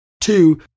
Two